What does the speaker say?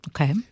Okay